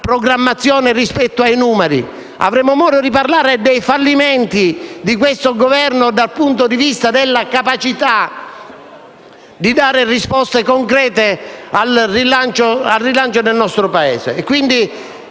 programmazione e ai numeri. Avremo modo di parlare dei fallimenti del Governo dal punto di vista della capacità di dare risposte concrete per il rilancio del nostro Paese.